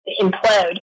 implode